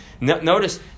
Notice